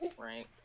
right